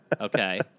Okay